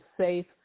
safe